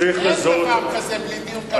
צריך לזהות, אין דבר כזה בלי דיון קבינט.